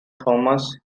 thomas